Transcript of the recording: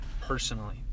personally